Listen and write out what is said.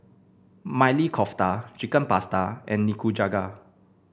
Maili Kofta Chicken Pasta and Nikujaga